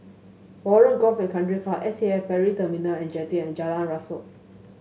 Warren Golf and Country Club S A F Ferry Terminal and Jetty and Jalan Rasok